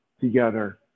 together